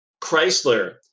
Chrysler